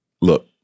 look